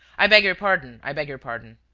i beg your pardon, i beg your pardon,